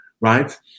right